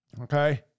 Okay